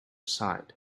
side